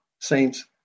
saints